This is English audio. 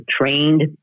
trained